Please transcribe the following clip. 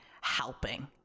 Helping